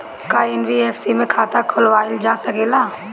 का एन.बी.एफ.सी में खाता खोलवाईल जा सकेला?